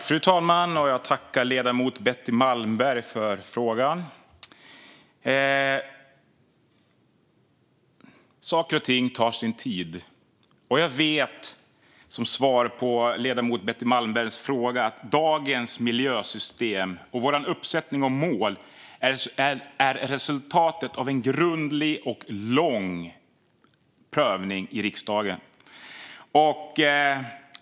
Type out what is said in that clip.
Fru talman! Jag tackar ledamoten Betty Malmberg för frågan. Saker och ting tar sin tid, och jag vet, som svar på Betty Malmbergs fråga, att dagens miljösystem och vår uppsättning mål är resultatet av en grundlig och lång prövning i riksdagen.